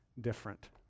different